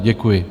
Děkuji.